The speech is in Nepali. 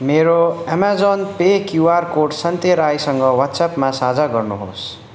मेरो अमाजन पे क्युआर कोड सन्ते राईसँग वाट्सएपमा साझा गर्नुहोस्